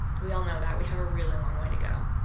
we all know that. we have a really long way to go.